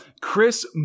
Chris